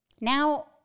Now